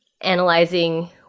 analyzing